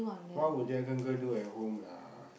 what would Jack Uncle do at home lah